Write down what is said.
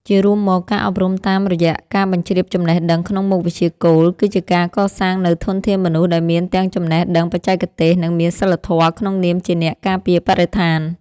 ជារួមមក ការអប់រំតាមរយៈការបញ្ជ្រាបចំណេះដឹងក្នុងមុខវិជ្ជាគោល គឺជាការកសាងនូវធនធានមនុស្សដែលមានទាំងចំណេះដឹងបច្ចេកទេស និងមានសីលធម៌ក្នុងនាមជាអ្នកការពារបរិស្ថាន។